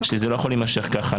שזה לא יכול להימשך ככה.